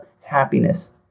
happiness